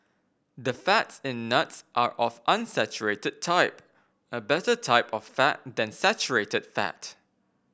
the fats in nuts are of unsaturated type a better type of fat than saturated fat